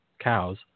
cows